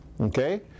Okay